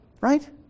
right